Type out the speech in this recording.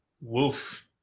wolf